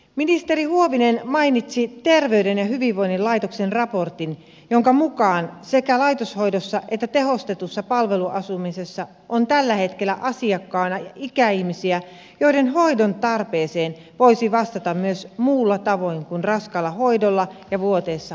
ministeri huovinen mainitsi terveyden ja hyvinvoinnin laitoksen raportin jonka mukaan sekä laitoshoidossa että tehostetussa palveluasumisessa on tällä hetkellä asiakkaina ikäihmisiä joiden hoidontarpeeseen voisi vastata myös muulla tavoin kuin raskaalla hoidolla ja vuoteessa makuuttamalla